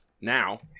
now